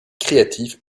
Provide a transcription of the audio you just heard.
créatif